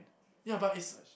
ya but it's